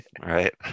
Right